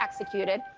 executed